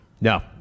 No